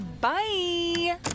Bye